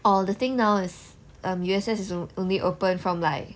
oh the thing now as err U_S_S is only open from like